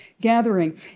gathering